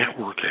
networking